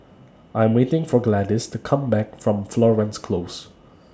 I Am waiting For Gladys to Come Back from Florence Close